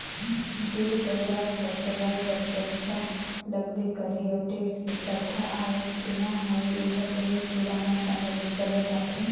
देस अउ राज ल चलाए बर पइसा लगबे करही अउ टेक्स के परथा आयज के न हवे एहर ढेरे पुराना समे ले चलत आथे